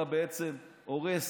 אתה בעצם הורס